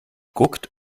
guckt